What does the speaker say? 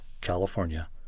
California